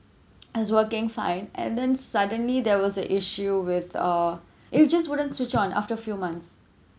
it's working fine and then suddenly there was an issue with uh it just couldn't switch on after few months